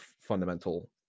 fundamental